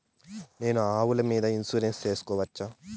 నేను ఆవుల మీద ఇన్సూరెన్సు సేసుకోవచ్చా?